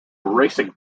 racing